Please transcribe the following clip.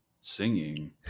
singing